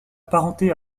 parenté